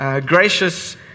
gracious